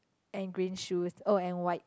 and green shoes oh and white